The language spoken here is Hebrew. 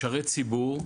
ציבור,